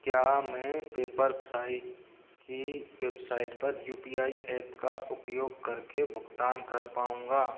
क्या मैं पेपरफ़्राई की वेबसाइट पर यू पी आई ऐप का उपयोग करके भुगतान कर पाऊँगा